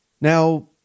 Now